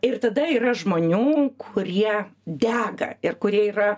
ir tada yra žmonių kurie dega ir kurie yra